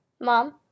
Mom